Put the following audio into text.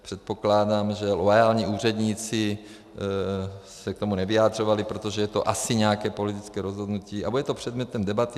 Předpokládám, že loajální úředníci se k tomu nevyjadřovali, protože je to asi nějaké politické rozhodnutí, a bude to předmětem debaty.